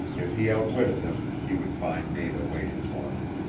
if he outwitted them he would find nada waiting for him.